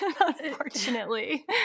unfortunately